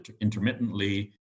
intermittently